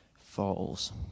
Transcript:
falls